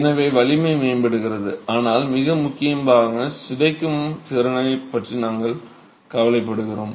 எனவே வலிமை மேம்படுகிறது ஆனால் மிக முக்கியமாக சிதைக்கும் திறனைப் பற்றி நாங்கள் கவலைப்படுகிறோம்